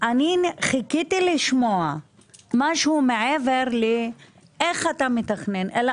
חיכיתי לשמוע משהו מעבר לאיך אתה מתכנן אלא